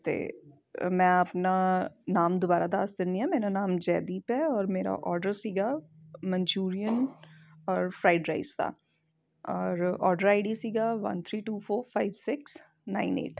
ਅਤੇ ਮੈਂ ਆਪਣਾ ਨਾਮ ਦੁਬਾਰਾ ਦੱਸ ਦਿੰਦੀ ਹਾਂ ਮੇਰਾ ਨਾਮ ਜੈਦੀਪ ਹੈ ਔਰ ਮੇਰਾ ਔਡਰ ਸੀਗਾ ਮਨਚੂਰੀਅਨ ਔਰ ਫਰਾਈਡ ਰਾਈਜ ਦਾ ਔਰ ਔਡਰ ਆਈ ਡੀ ਸੀਗਾ one three two four five six nine eight